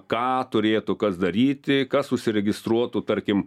ką turėtų kas daryti kas užsiregistruotų tarkim